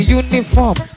uniform